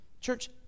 Church